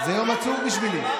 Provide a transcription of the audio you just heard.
זה יום עצוב בשבילי.